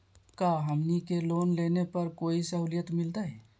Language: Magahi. का हमनी के लोन लेने पर कोई साहुलियत मिलतइ?